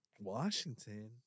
Washington